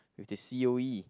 with the C_O_E